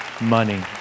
money